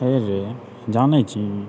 हे रै जानै छीही